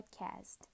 podcast